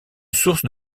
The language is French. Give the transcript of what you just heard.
source